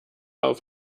auf